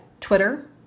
Twitter